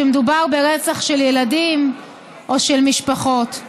כשמדובר ברצח של ילדים או של משפחות.